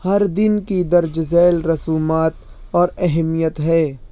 ہر دن کی درج ذیل رسومات اور اہمیت ہے